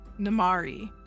Namari